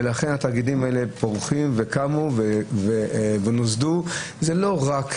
ולכן התאגידים האלה קמו ונוסדו ופורחים.